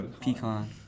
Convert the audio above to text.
pecan